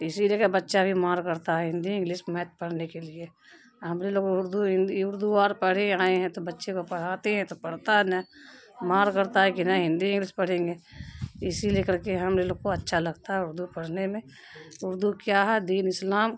اسی لیے کہ بچہ بھی مار کرتا ہے ہندی انگلس میتھ پڑھنے کے لیے ہمارے لوگ اردو ہندی اردو اور پڑھے آئے ہیں تو بچے کو پڑھاتے ہیں تو پڑھتا ہے نہ مار کرتا ہے کہ نہ ہندی انگلس پڑھیں گے اسی لیے کر کے ہم یہ لوگ کو اچھا لگتا ہے اردو پڑھنے میں اردو کیا ہے دین اسلام